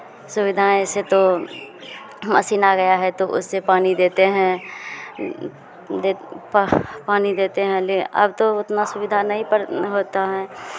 सुविधाएँ से तो मशीन आ गया है तो उससे पानी देते हैं दे पह पानी देते हैं लेकिन अब तो उतना सुविधा नहीं पर होता है